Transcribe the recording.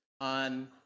on